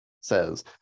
says